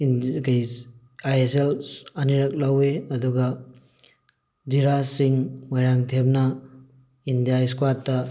ꯑꯥꯏ S L ꯑꯅꯤꯔꯛ ꯂꯧꯋꯤ ꯑꯗꯨꯒ ꯙꯤꯔꯥꯖ ꯁꯤꯡ ꯃꯣꯏꯔꯥꯡꯊꯦꯝꯅ ꯏꯟꯗꯤꯌꯥ ꯏꯁꯀ꯭ꯋꯥꯠꯇ